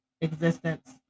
existence